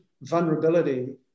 vulnerability